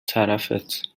طرفت